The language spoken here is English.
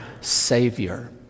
Savior